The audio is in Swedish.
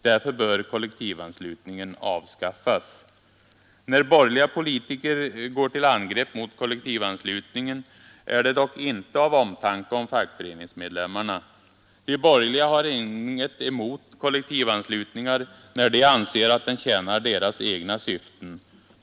Därför bör kollektivanslutningen avskaffas. När borgerliga politiker går till angrepp mot kollektivanslutningen är det dock inte av omtanke om fackföreningsmedlemmarna. De borgerliga har inget emot kollektivanslutningen när de anser att den tjänar deras egna syften.